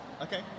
Okay